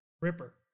Ripper